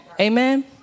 Amen